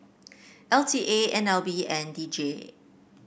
L T A N L B and D J